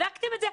בדקתם את זה?